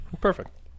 Perfect